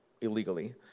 illegally